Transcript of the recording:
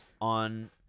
on –